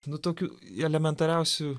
nu tokių elementariausių